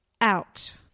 out